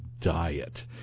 diet